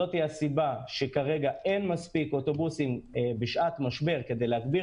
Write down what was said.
זאת הסיבה שכרגע אין מספיק אוטובוסים בשעת משבר כדי להגביר